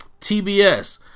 TBS